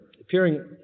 appearing